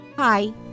Hi